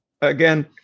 Again